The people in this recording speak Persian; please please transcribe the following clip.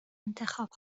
انتخاب